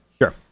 Sure